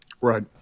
Right